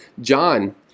John